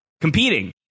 competing